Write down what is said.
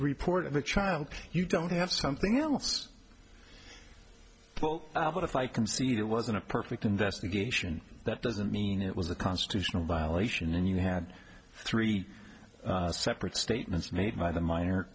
report of a child you don't have something else well but if i concede it wasn't a perfect investigation that doesn't mean it was a constitutional violation and you had three separate statements made by the minor